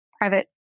private